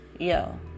Yo